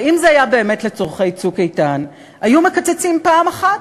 הרי אם זה היה באמת לצורכי "צוק איתן" היו מקצצים פעם אחת,